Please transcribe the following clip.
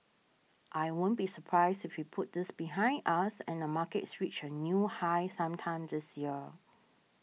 I won't be surprised if we put this behind us and the markets reach a new high sometime this year